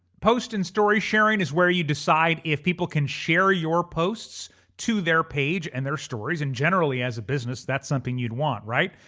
post and story sharing is where you decide if people can share your posts to their page and their stories and generally as a business, that's something you'd want, right?